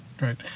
Right